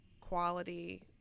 quality